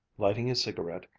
lighting a cigarette,